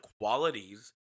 qualities